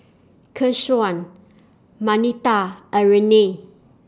Keshaun Marnita and Rayne